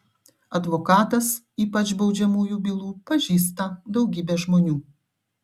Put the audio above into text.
advokatas ypač baudžiamųjų bylų pažįsta daugybę žmonių